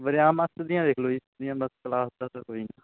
ਵਰਿਆ ਮਸਤ ਦੀਆਂ ਲਿਖ ਲਓ ਜੀ ਬਸ ਕਲਾਸ ਦਾ ਤਾਂ ਕੋਈ